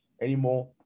anymore